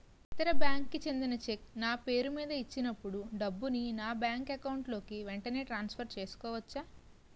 ఇతర బ్యాంక్ కి చెందిన చెక్ నా పేరుమీద ఇచ్చినప్పుడు డబ్బుని నా బ్యాంక్ అకౌంట్ లోక్ వెంటనే ట్రాన్సఫర్ చేసుకోవచ్చా?